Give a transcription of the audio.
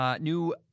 new